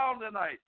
tonight